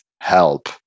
help